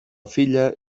filla